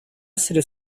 essere